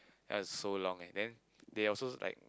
that's so long eh then they also like